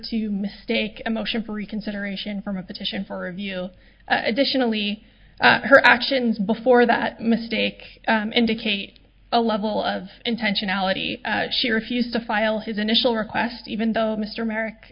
to mistake a motion for reconsideration from a petition for review additionally her actions before that mistake indicate a level of intentionality she refused to file his initial request even though mr merric